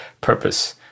purpose